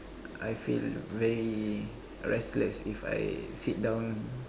I feel very restless if I sit down